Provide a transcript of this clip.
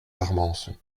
armançon